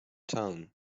town